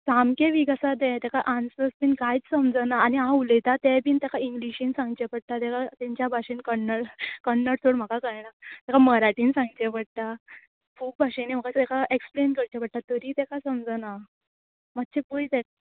सामकें वीक आसा तें ताका आन्सस बीन कांयच समजना आनी हांव उलयता तें बीन ताका इंग्लिशीन सांगचें पडटा ताका तांच्या भाशेन कन्न कन्नड चड म्हाका कळना ताका मराठीन सांगचें पडटा खूब भाशेनी म्हाका ताका एक्सप्लेन करचें पडटा तरी ताका समजना मात्शें पळय तें